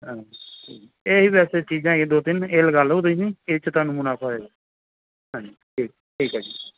ਹਾਂਜੀ ਠੀਕ ਇਹੀ ਵੈਸੇ ਚੀਜ਼ਾਂ ਹੈਗੀਆਂ ਦੋ ਤਿੰਨ ਇਹ ਲਗਾ ਲਓ ਤੁਸੀਂ ਇਹ 'ਚ ਤੁਹਾਨੂੰ ਮੁਨਾਫ਼ਾ ਹੋਏਗਾ ਹਾਂਜੀ ਠੀਕ ਠੀਕ ਹੈ ਜੀ